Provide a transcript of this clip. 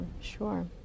sure